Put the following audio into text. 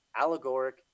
allegoric